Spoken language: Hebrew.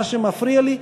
מה שמפריע לי,